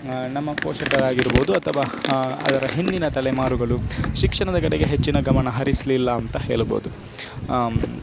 ನಮ್ಮ ಪೋಷಕರಾಗಿರ್ಬೋದು ಅಥವಾ ಅದರ ಹಿಂದಿನ ತಲೆಮಾರುಗಳು ಶಿಕ್ಷಣದ ಕಡೆಗೆ ಹೆಚ್ಚಿನ ಗಮನ ಹರಿಸಲಿಲ್ಲ ಅಂತ ಹೇಳ್ಬೋದು